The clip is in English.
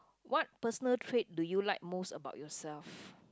what personal trait do you like most about yourself